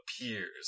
appears